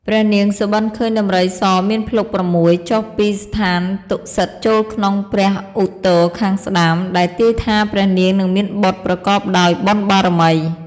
ព្រះនាងសុបិនឃើញដំរីសមានភ្លុក ៦ ចុះពីស្ថានតុសិតចូលក្នុងព្រះឧទរខាងស្តាំ ដែលទាយថាព្រះនាងនឹងមានបុត្រប្រកបដោយបុណ្យបារមី។